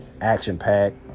action-packed